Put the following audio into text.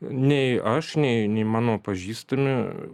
nei aš nei nei mano pažįstami